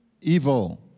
evil